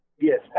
Yes